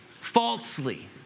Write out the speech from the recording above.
falsely